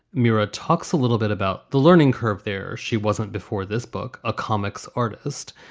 mira talks a little bit about the learning curve there. she wasn't before this book, a comics artist,